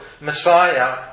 Messiah